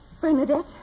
Bernadette